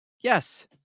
Yes